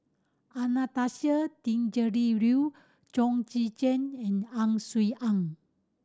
Anastasia Tjendri Liew Chong Tze Chien and Ang Swee Aun